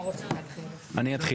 אני אתחיל.